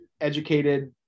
educated